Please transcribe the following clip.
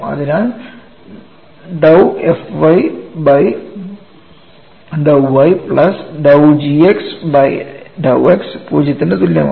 അതിനാൽ dou f by dou y plus dou g by dou x പൂജ്യത്തിനു തുല്യമാണ്